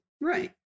Right